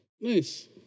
Nice